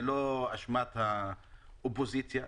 זה לא אשמת האופוזיציה.